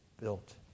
built